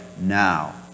now